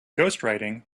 ghostwriting